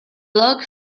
lock